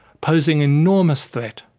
posing enormous threat?